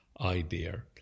idea